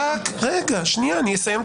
אני אסיים.